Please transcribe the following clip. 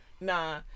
Nah